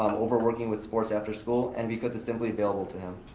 um overworking with sports after school, and because it's simply available to him.